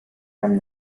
from